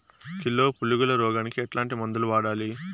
Kilo పులుగుల రోగానికి ఎట్లాంటి మందులు వాడాలి?